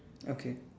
okay